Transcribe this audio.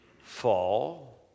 fall